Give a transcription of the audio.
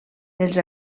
els